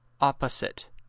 Opposite